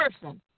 person